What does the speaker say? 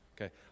Okay